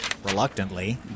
Reluctantly